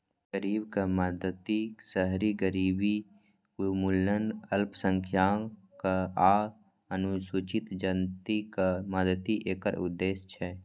गरीबक मदति, शहरी गरीबी उन्मूलन, अल्पसंख्यक आ अनुसूचित जातिक मदति एकर उद्देश्य छै